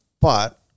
But-